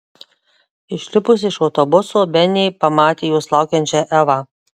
išlipusi iš autobuso benė pamatė jos laukiančią evą